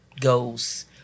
goes